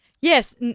Yes